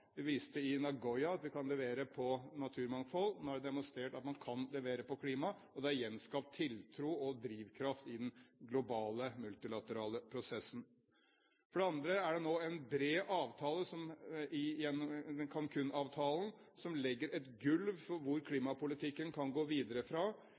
viste i Nagoya at vi kan levere på naturmangfold. Nå er det demonstrert at man kan levere på klima, og det har gjenskapt tiltro og drivkraft i den globale, multilaterale prosessen. For det andre vil en bred avtale, som Cancún-avtalen, nå legge et gulv for hvor klimapolitikken kan gå videre fra.